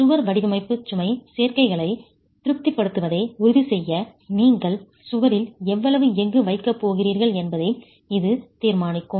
சுவர் வடிவமைப்பு சுமை சேர்க்கைகளை திருப்திப்படுத்துவதை உறுதிசெய்ய நீங்கள் சுவரில் எவ்வளவு எஃகு வைக்கப் போகிறீர்கள் என்பதை இது தீர்மானிக்கும்